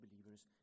believers